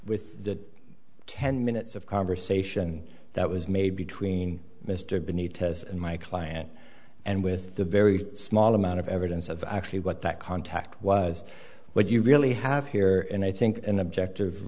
with that ten minutes of conversation that was made between mr binney tess and my client and with a very small amount of evidence of actually what that contact was what you really have here and i think an objective